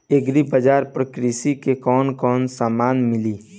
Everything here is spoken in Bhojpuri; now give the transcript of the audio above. एग्री बाजार पर कृषि के कवन कवन समान मिली?